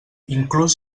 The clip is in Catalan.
inclús